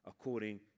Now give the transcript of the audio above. according